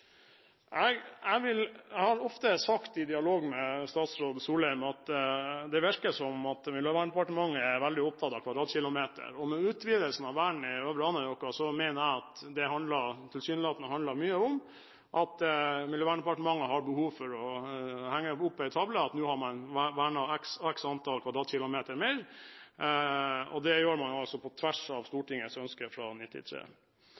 Jeg har ofte sagt i dialog med statsråd Solheim at det virker som om Miljøverndepartementet er veldig opptatt av kvadratkilometer, og med utvidelsen av vernet i Øvre Anárjohka mener jeg det tilsynelatende handler mye om at Miljøverndepartementet har behov for å henge opp en tavle for å vise at nå har man vernet x antall kvadratkilometer mer. Det gjør man altså på tvers av